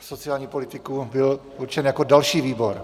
... sociální politiku byl určen jako další výbor.